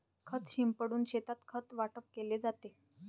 खत शिंपडून शेतात खत वाटप केले जाते